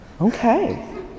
Okay